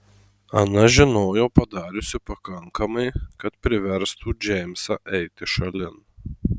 ana žinojo padariusi pakankamai kad priverstų džeimsą eiti šalin